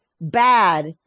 bad